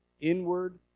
inward